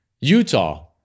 Utah